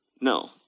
No